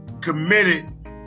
committed